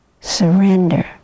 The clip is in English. Surrender